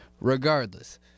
regardless